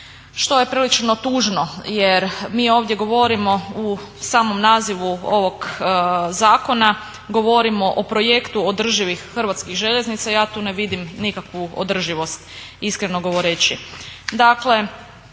što je prilično tužno jer mi ovdje govorimo u samom nazivu ovog zakona govorimo o projektu održivih Hrvatskih željeznica. Ja tu ne vidim nikakvu održivost iskreno govoreći.